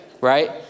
right